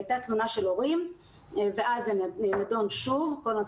הייתה תלונה של הורים ואז נדון שוב כל נושא